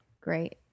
great